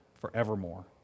forevermore